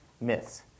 myths